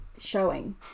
showing